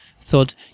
thought